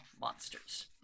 monsters